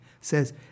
says